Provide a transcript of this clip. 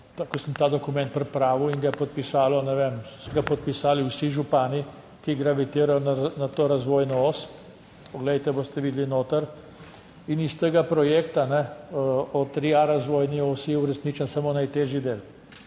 ko sem ta dokument pripravil in ga je podpisalo, ne vem, so ga podpisali vsi župani, ki gravitirajo na to razvojno os, poglejte, boste videli noter, in iz tega projekta o tria razvojni osi je uresničen samo najtežji del,